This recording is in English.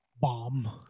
Bomb